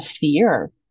fear